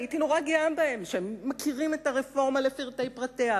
הייתי נורא גאה בהם שהם מכירים את הרפורמה לפרטי פרטיה,